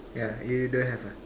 ya you don't have ah